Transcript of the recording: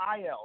IL